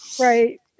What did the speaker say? Right